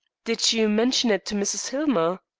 did you mention it to mrs. hillmer?